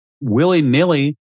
willy-nilly